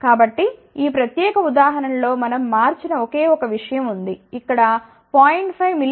కాబట్టి ఈ ప్రత్యేక ఉదాహరణ లో మనం మార్చిన ఒకే ఒక విషయం ఉంది ఇక్కడ 0